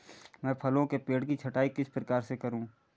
मैं फलों के पेड़ की छटाई किस प्रकार से करूं?